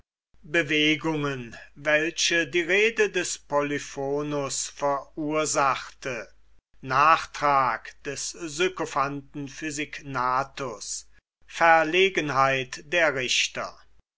bewegungen welche die rede des polyphonus verursachte nachtrag des sykophanten physignathus verlegenheit der richter